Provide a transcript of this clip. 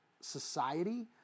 society